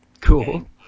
Cool